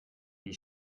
wie